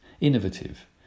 innovative